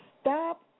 Stop